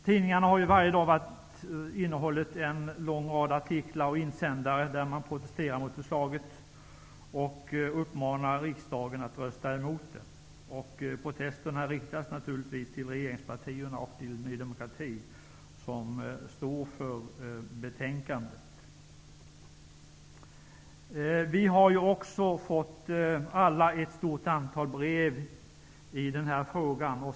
Tidningarna har varje dag innehållit en lång rad artiklar och insändare där man protesterar mot förslaget och uppmanar riksdagen att rösta emot det. Protesterna riktas naturligtvis mot regeringspartierna och mot Ny demokrati, som står för betänkandet. Vi har alla fått ett stort antal brev i den här frågan.